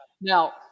Now